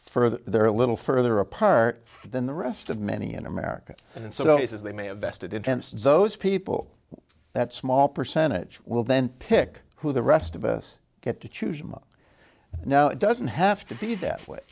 further they're a little further apart than the rest of many in america and so it's as they may have vested intense those people that small percentage will then pick who the rest of us get to choose now it doesn't have to be that way